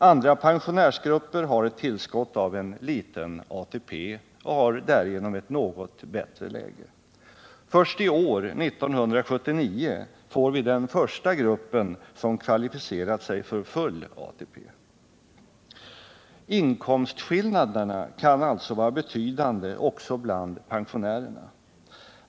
Andra pensionärsgrupper har ett tillskott av en liten ATP och därigenom ett något bättre läge. Först i år, 1979, får vi den första gruppen som kvalificerar sig för full ATP. Inkomstskillnaderna kan alltså vara betydande också bland pensionärerna.